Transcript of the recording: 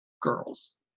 girls